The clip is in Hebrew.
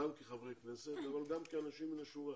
גם כחברי כנסת אבל גם כאנשים מהשורה,